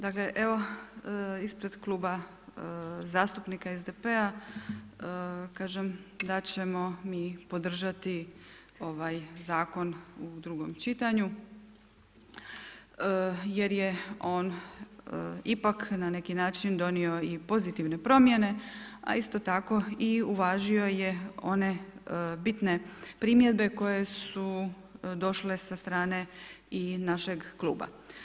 Dakle, evo ispred Kluba zastupnika SDP-a kažem da ćemo mi podržati ovaj Zakon u drugom čitanju jer je on ipak na neki način donio i pozitivne promjene, a isto tako i uvažio je one bitne primjedbe koje su došle sa strane i našeg kluba.